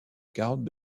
carottes